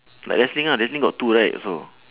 like wrestling ah wrestling got two right also